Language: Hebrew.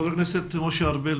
חבר הכנסת משה ארבל,